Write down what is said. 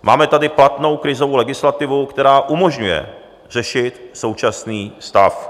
Máme tady platnou krizovou legislativu, která umožňuje řešit současný stav.